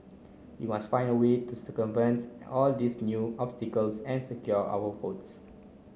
we must find a way to circumvent all these new obstacles and secure our votes